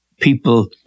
people